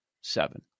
Seven